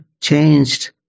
changed